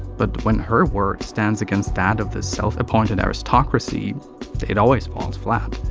but when her word stands against that of the self-appointed aristocracy it always falls flat.